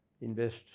invest